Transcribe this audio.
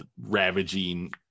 ravaging